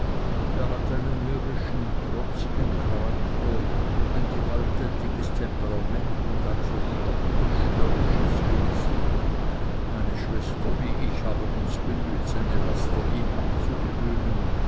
er hat einen mürrischen trotzigen charakter ein gewalttätiges temperament und ein verstocktes störrisches wesen meine schwester wie ich haben uns bemüht seine laster ihm abzugewöhnen